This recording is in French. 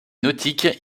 nautiques